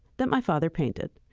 that my father painted.